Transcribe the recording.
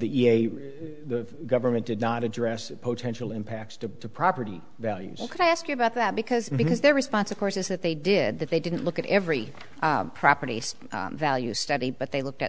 the government did not address potential impacts to the property values can i ask you about that because because their response of course is that they did that they didn't look at every property values study but they looked at